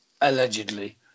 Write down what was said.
Allegedly